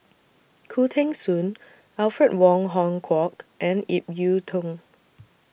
Khoo Teng Soon Alfred Wong Hong Kwok and Ip Yiu Tung